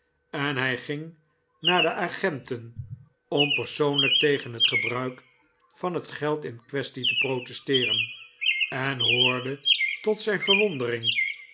en hij ging naar de agenten om persoonlijk tegen het gebruik van het geld in quaestie te protesteeren en hoorde tot zijn verwondering